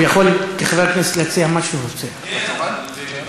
ביוזמה של ממשלת קדימה,